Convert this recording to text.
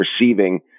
receiving